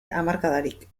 hamarkadarik